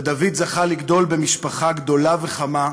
ודוד זכה לגדול במשפחה גדולה וחמה,